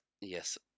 Yes